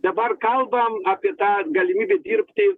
dabar kalbam apie tą galimybę dirbti